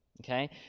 okay